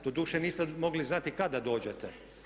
Doduše niste mogli znati kada da dođete.